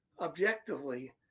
objectively